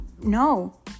no